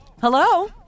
Hello